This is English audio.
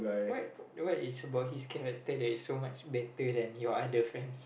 what what is about his character that is so much better than your other friend